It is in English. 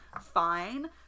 fine